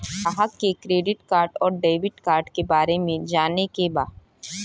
ग्राहक के credit card और डेविड कार्ड के बारे में जाने के बा?